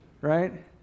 right